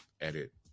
edit